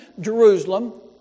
Jerusalem